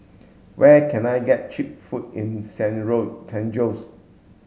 where can I get cheap food in San San Jose